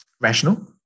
rational